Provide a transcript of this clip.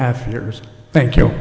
half years thank you